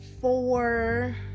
four